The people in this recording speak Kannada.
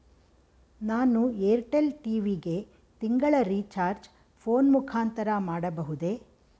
ನಾನು ಏರ್ಟೆಲ್ ಟಿ.ವಿ ಗೆ ತಿಂಗಳ ರಿಚಾರ್ಜ್ ಫೋನ್ ಮುಖಾಂತರ ಮಾಡಬಹುದೇ?